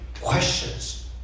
questions